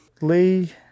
Lee